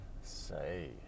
say